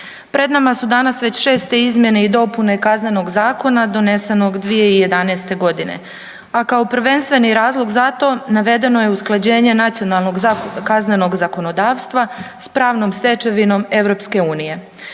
Pred nama su danas već šeste izmjene i dopune KZ-a donesenog 2011.g., a kao prvenstveni razlog za to navedeno je usklađenje nacionalnog kaznenog zakonodavstva s pravnom stečevinom EU. U tijeku